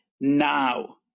now